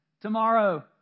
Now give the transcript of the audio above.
tomorrow